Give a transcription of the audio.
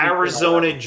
Arizona